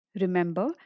Remember